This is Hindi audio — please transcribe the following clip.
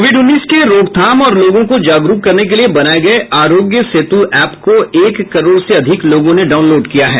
कोविड उन्नीस के रोकथाम और लोगों को जागरूक करने के लिए बनाये गये आरोग्य सेतु एप को एक करोड़ से अधिक लोगों ने डाउनलोड किया है